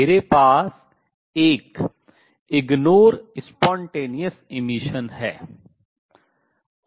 मेरे पास एक तुच्छ स्वतः उत्सर्जन है